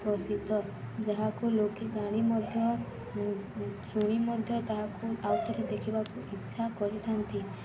ପ୍ରସିଦ୍ଧ ଯାହାକୁ ଲୋକେ ଜାଣି ମଧ୍ୟ ଶୁଣି ମଧ୍ୟ ତାହାକୁ ଆଉ ଥରେ ଦେଖିବାକୁ ଇଚ୍ଛା କରିଥାନ୍ତି